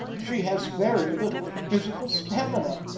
she has very little physical stamina.